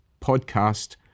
podcast